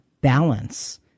balance